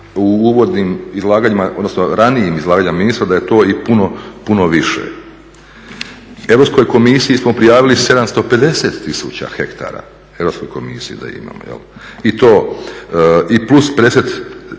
hektara. Pa čuli smo u ranijim izlaganjima ministra da je to i puno, puno više. Europskoj komisiji smo prijavili 750 000 hektara, Europskoj komisiji da imamo i to plus 50 000